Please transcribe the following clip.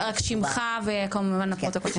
רק שמך וכמובן לפרוטוקול.